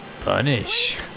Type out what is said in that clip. punish